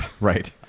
right